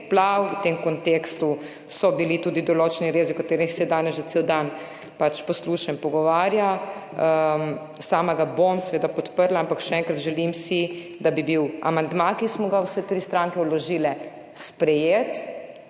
V tem kontekstu so bili tudi določeni rezi, o katerih se danes že cel dan posluša in pogovarja, sama ga bom seveda podprla, ampak še enkrat, želim si, da bi bil amandma, ki smo ga vse tri stranke vložile, sprejet,